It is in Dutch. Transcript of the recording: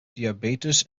diabetes